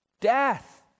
Death